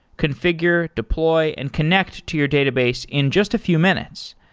confi gure, deploy and connect to your database in just a few minutes.